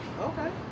Okay